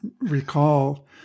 recall